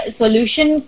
solution